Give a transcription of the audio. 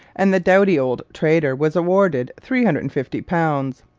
and the doughty old trader was awarded three hundred and fifty pounds.